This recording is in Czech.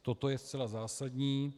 Toto je zcela zásadní.